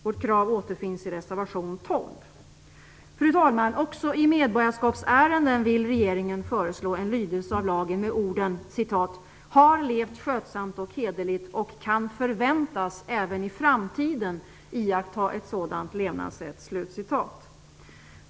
Vårt krav återfinns i reservation Fru talman! Också i medborgarskapsärenden vill regeringen föreslå denna lydelse av lagen: "- har levt skötsamt och hederligt och kan förväntas även i framtiden iaktta ett sådant levnadssätt".